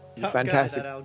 Fantastic